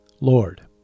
Lord